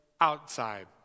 outside